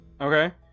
Okay